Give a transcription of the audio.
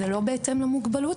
זה לא בהתאם למוגבלות,